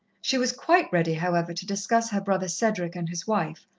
she was quite ready, however, to discuss her brother cedric and his wife,